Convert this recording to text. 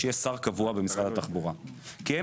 שיהיה שר קבוע במשרד התחבורה כי הם